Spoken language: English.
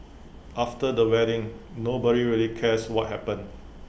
after the wedding nobody really cares what happened